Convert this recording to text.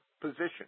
position